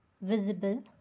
visible